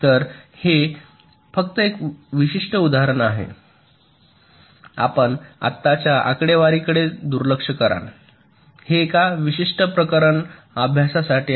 तर हे फक्त एक विशिष्ट उदाहरण आहे आपण आत्ताच्या आकडेवारीकडे दुर्लक्ष कराल हे एका विशिष्ट प्रकरण अभ्यासासाठी आहे